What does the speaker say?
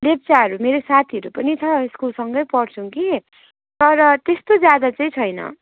लेप्चाहरू मेरो साथीहरू पनि छ स्कुल सँगै पढ्छौँ कि तर त्यस्तो ज्यादा चाहिँ छैन